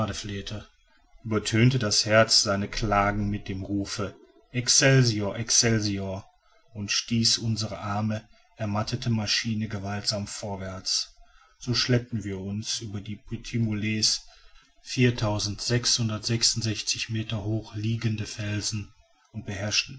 übertönte das herz seine klagen mit dem rufe excelsior excelsior und stieß unsere arme ermattete maschine gewaltsam vorwärts so schleppen wir uns über die petits mulets meter hoch liegende felsen und beherrschen